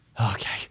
Okay